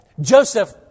Joseph